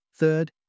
Third